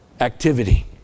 activity